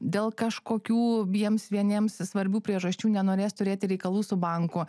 dėl kažkokių jiems vieniems svarbių priežasčių nenorės turėti reikalų su banku